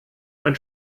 ein